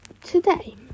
today